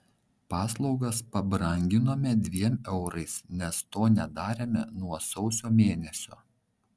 paslaugas pabranginome dviem eurais nes to nedarėme nuo sausio mėnesio